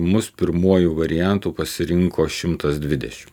mus pirmuoju variantu pasirinko šimtas dvidešimt